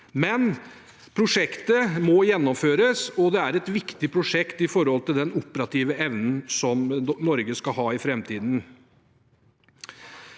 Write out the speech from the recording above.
men prosjektet må gjennomføres. Det er et viktig prosjekt med tanke på den operative evnen Norge skal ha i framtiden.